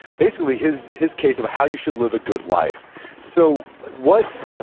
basically his his case of how you should live a good life. so like what,